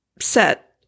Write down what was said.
set